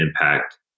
impact